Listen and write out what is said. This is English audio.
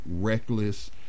Reckless